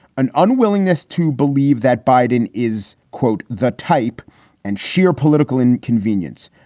an unwillingness to believe that biden is, quote, the type and sheer political inconvenience.